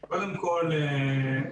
קודם כל,